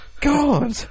God